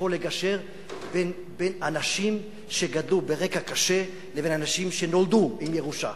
שיכול לגשר בין אנשים שגדלו ברקע קשה לבין אנשים שנולדו עם ירושה.